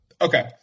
Okay